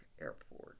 Airport